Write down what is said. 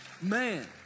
Man